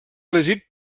elegit